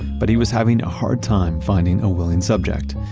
but he was having a hard time finding a willing subject.